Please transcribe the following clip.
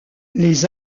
les